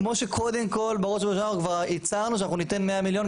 כמו שקודם כל כבר הצהרנו שאנחנו ניתן 100 מיליון,